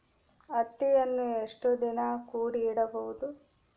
ಹತ್ತಿಯನ್ನು ಎಷ್ಟು ದಿನ ಕೂಡಿ ಇಡಬಹುದು?